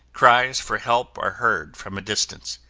cries for help are heard from a distance,